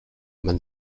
man